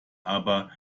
aber